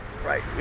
Right